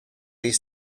his